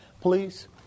please